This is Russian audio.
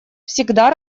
всегда